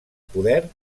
poder